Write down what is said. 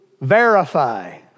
verify